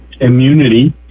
immunity